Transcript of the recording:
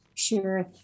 Sure